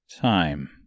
Time